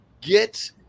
get